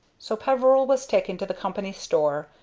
so peveril was taken to the company store,